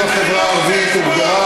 מקרב החברה הערבית, אני לא רוצה לשמוע אותה.